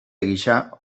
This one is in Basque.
gisa